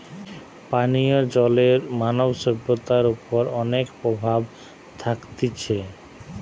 পানীয় জলের মানব সভ্যতার ওপর অনেক প্রভাব থাকতিছে